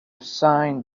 sign